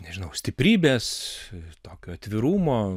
nežinau stiprybės tokio atvirumo